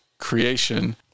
Creation